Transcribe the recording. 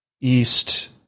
East